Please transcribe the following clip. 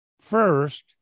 first